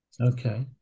Okay